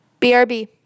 BRB